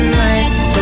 nights